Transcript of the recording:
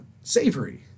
savory